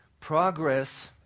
progress